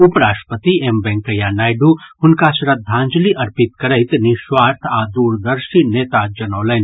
उपराष्ट्रपति एम वेंकैया नायडु हुनका श्रद्धांजलि अर्पित करैत निःस्वार्थ आ दूरदर्शी नेता जनौलनि